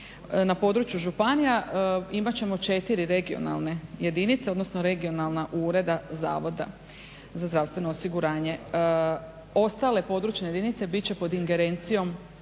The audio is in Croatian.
na području županija imat ćemo 4 regionalne jedinice, odnosno regionalna ureda Zavodu za zdravstveno osiguranje. Ostale područne jedinice bit će pod ingerencijom